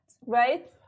Right